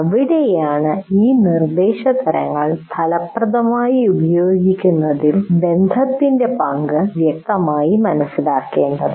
അവിടെയാണ് ഈ നിർദ്ദേശതരങ്ങൾ ഫലപ്രദമായി ഉപയോഗിക്കുന്നതിൽ ബന്ധത്തിന്റെ പങ്ക് വ്യക്തമായി മനസിലാക്കേണ്ടത്